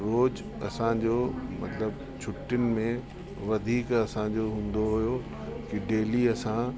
रोज़ु असांजो मतलबु छुटीयुनि में वधीक असांजो हूंदो हुओ जीअं डेली असां